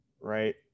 right